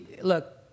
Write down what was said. look